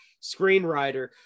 screenwriter